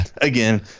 again